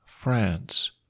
France